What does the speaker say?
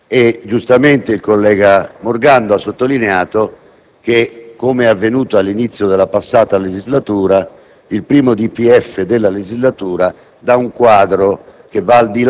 per la politica economica. Giustamente il collega Morgando ha sottolineato che, come è avvenuto all'inizio della passata legislatura,